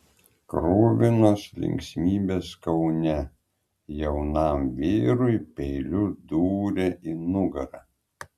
kruvinos linksmybės kaune jaunam vyrui peiliu dūrė į nugarą